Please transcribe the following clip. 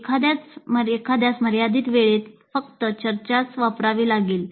एखाद्यास मर्यादित वेळेत फक्त चर्चाच वापरावी लागेल